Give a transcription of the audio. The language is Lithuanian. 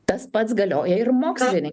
tas pats galioja ir mokslinei